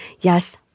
Yes